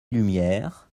lumière